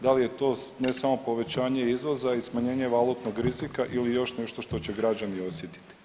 Da li je to ne samo povećanje izvoza i smanjenje valutnog rizika ili još nešto što će građani osjetiti?